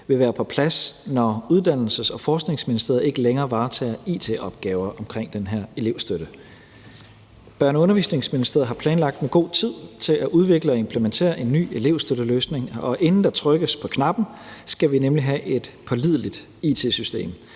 vil være på plads, når Uddannelses- og Forskningsministeriet ikke længere varetager it-opgaver omkring den her elevstøtte. Og Børne- og Undervisningsministeriet har planlagt en god tid til at udvikle og implementere en ny elevstøtteløsning, og inden der trykkes på knappen, skal vi nemlig have et pålideligt it-system,